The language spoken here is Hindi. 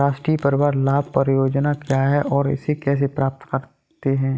राष्ट्रीय परिवार लाभ परियोजना क्या है और इसे कैसे प्राप्त करते हैं?